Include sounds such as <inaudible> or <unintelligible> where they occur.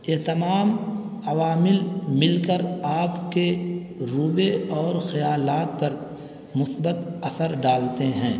یہ تمام عوامل مل کر آپ کے <unintelligible> اور خیالات پر مثبت اثر ڈالتے ہیں